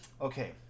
Okay